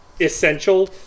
essential